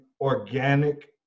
organic